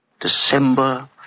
December